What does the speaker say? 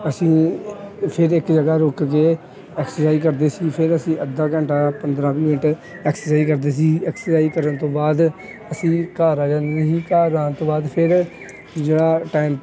ਅਸੀਂ ਫਿਰ ਇੱਕ ਜਗ੍ਹਾ ਰੁੱਕ ਕੇ ਐਕਸਰਸਾਈਜ ਕਰਦੇ ਸੀ ਫੇਰ ਅਸੀਂ ਅੱਧਾ ਘੰਟਾ ਪੰਦਰ੍ਹਾਂ ਵੀਹ ਮਿੰਟ ਐਕਸਰਸਾਈਜ ਕਰਦੇ ਸੀ ਐਕਸਰਸਾਈਜ ਕਰਨ ਤੋਂ ਬਾਅਦ ਅਸੀਂ ਘਰ ਆ ਜਾਂਦੇ ਸੀ ਘਰ ਆਉਣ ਤੋਂ ਬਾਅਦ ਫੇਰ ਜਿਹੜਾ ਟਾਇਮ